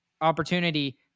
opportunity